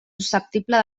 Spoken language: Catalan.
susceptible